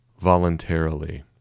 voluntarily